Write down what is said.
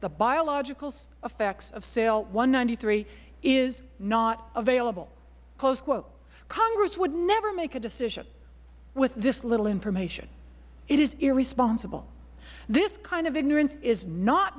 the biological effects of sale one hundred and ninety three is not available closed quote congress would never make a decision with this little information it is irresponsible this kind of ignorance is not